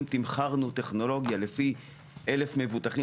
אם תמחרנו טכנולוגיה לפי 1,000 מבוטחים